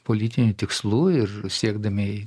politinių tikslų ir siekdami